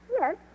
Yes